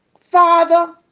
father